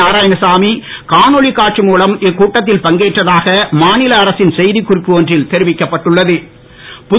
நாராயணசாமி காணொலி காட்சி மூலம் இக்கூட்டத்தில் பங்கேற்றதாக மாநில அரசின் செய்திக்குறிப்பு ஒன்றில் தெரிவிக்கப்பட்டுள்ள து